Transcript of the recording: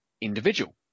individual